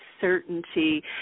certainty